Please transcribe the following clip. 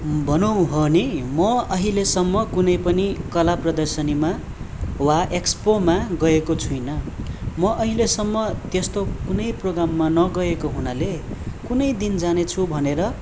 भनौँ भने म अहिलेसम्म कुनै पनि कला प्रदर्शनीमा वा एक्सपोमा गएको छुइनँ म अहिलेसम्म त्यस्तो कुनै प्रोगाममा नगएको हुनाले कुनै दिन जानेछु भनेर